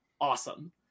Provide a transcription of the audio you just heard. Awesome